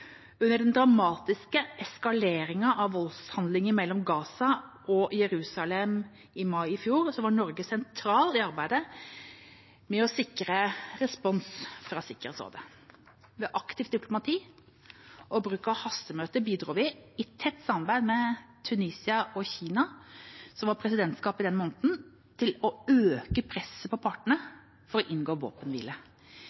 Under den dramatiske eskaleringen i voldshandlinger mellom Gaza og Jerusalem i mai i fjor var Norge sentral i arbeidet for å sikre respons fra Sikkerhetsrådet. Ved aktivt diplomati og bruk av hastemøter bidro vi – i tett samarbeid med Tunisia og Kina, som var presidentskap den måneden – til å øke presset på partene